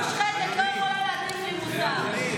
ממשלה מושחתת לא יכולה להטיף לי מוסר.